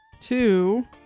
Two